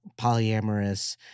polyamorous